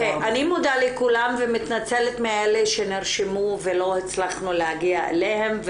אני מודה לכולם ומתנצלת מאלה שנרשמו ולא הצלחנו להגיע אליהם.